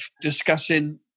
discussing